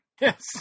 Yes